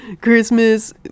Christmas